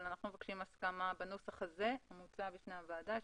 אבל אנחנו מבקשים הסכמה בנוסח הזה המוצע בפני הוועדה.